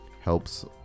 helps